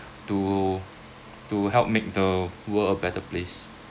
to to help make the world a better place